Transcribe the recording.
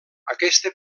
aquesta